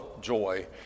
joy